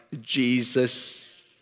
Jesus